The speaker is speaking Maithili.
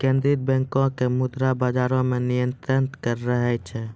केन्द्रीय बैंको के मुद्रा बजारो मे नियंत्रण रहै छै